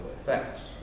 effects